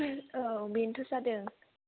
औ बेनोथ' जादों